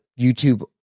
YouTube